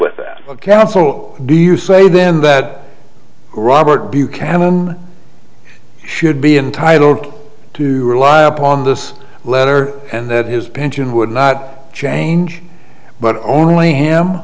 with that account so do you say then that robert buchanan should be entitled to rely upon this letter and that his pension would not change but only h